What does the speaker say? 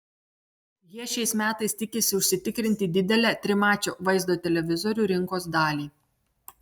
jie šiais metais tikisi užsitikrinti didelę trimačio vaizdo televizorių rinkos dalį